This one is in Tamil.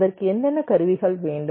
அதற்கு என்னென்ன கருவிகள் வேண்டும்